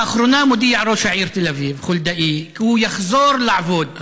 לאחרונה הודיע ראש העיר תל אביב חולדאי שהוא יחזור לעבוד ולפעול.